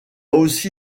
aussi